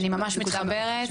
אני ממש מתחברת.